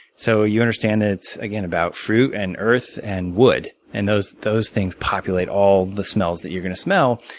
so you understand that it's, again, about fruit and earth and wood. and those those things populate all of the smells that you're going to smell.